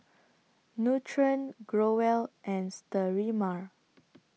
Nutren Growell and Sterimar